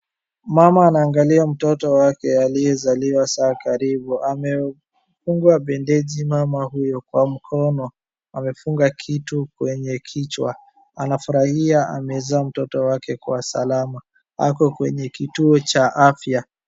Mama anaangalia mtoto wake aliyezaliwa saa karibu. Amefungwa bendeji mama huyo kwa mkono, amefunga kitu kwenye kichwa. Anafurahia amezaa mtoto wake kwa salama. Ako kwenye kituo cha afya.